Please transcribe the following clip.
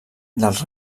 dels